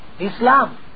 Islam